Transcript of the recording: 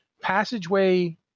passageway